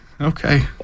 Okay